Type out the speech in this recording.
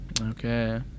Okay